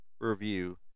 review